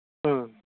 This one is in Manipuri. ꯎꯝ